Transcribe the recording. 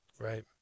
Right